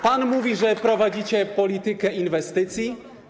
Pan mówi, że prowadzicie politykę inwestycji.